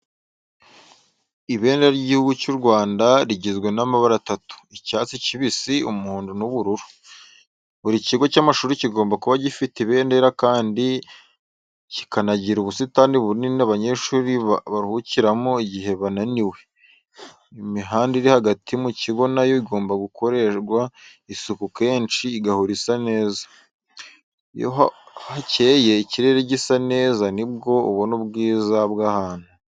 Ibendera ry'igihugu cy'u Rwanda rigizwe n'amabara atatu: icyatsi kibisi, umuhondo n'ubururu. Buri kigo cy'amashuri kigomba kuba gifite ibendera kandi kikanagira ubusitani bunini abanyeshuri baruhukiramo igihe bananiwe. Imihanda iri hagati mu kigo na yo igomba gukorerwa isuku kenshi igahora isa neza. Iyo hakeye n'ikirere gisa neza nibwo ubona ubwiza bw'ahantu.